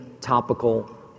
topical